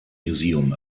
museum